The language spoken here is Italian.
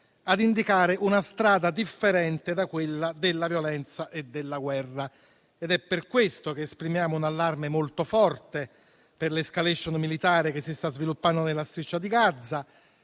ad indicare una strada differente da quella della violenza e della guerra. È per questo che esprimiamo un allarme molto forte per l'*escalation* militare che si sta sviluppando nella striscia di Gaza